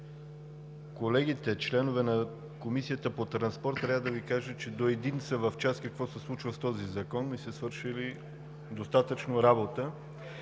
колегите, членове на Комисията по транспорт, до един са в час какво се случва с този закон и са свършили достатъчно работа